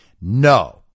No